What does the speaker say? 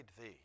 thee